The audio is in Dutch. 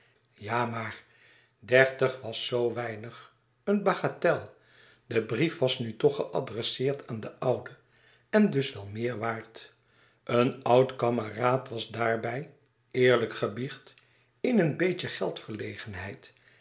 ja maar dertig was zoo weinig een bagatel de brief was nu toch geadresseerd aan den oude en dus wel meer waard een oud kameraad was daarbij eerlijk gebiecht in een beetje